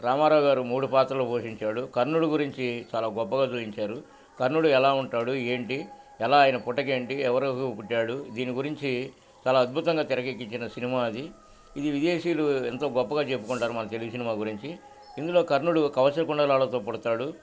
రామారా గారు మూడు పాత్రలు పోషించాడు కర్న్నుడు గురించి చాలా గొప్పగా చోయిించారు కర్న్నుడు ఎలా ఉంటాడు ఏంటి ఎలా ఆయన పుటకేంటి ఎవర పుట్టాడు దీని గురించి చాలా అద్భుతంగా తిరగేకించిన సినిమా అది ఇది విదేశీయులు ఎంతో గొప్పగా చెప్పుకుంటారు మన తెలుగు సినిమా గురించి ఇందులో కర్ణుడు కవచ కుండలాలతో పడతాడు